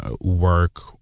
work